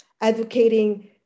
advocating